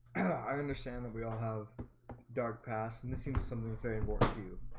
i understand that we all have dark pasts and this seems something that's very important,